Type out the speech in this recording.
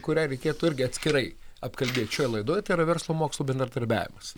kurią reikėtų irgi atskirai apkalbėt šioj laidoj tai yra verslo mokslo bendradarbiavimas